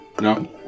No